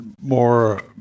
more